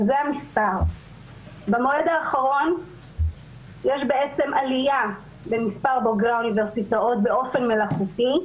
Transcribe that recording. במועד האחרון יש עלייה במספר בוגרי האוניברסיטאות באופן מלאכותי,